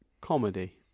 Comedy